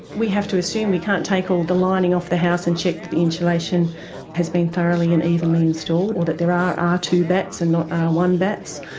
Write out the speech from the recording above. we have to assume we can't take all the lining off the house and check that the insulation has been been thoroughly and evenly installed, or that there are r two batts and not r one batts,